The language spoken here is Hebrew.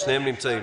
שניהם נמצאים.